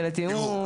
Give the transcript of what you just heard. לתיאום.